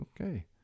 Okay